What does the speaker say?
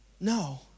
No